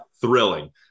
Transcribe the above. thrilling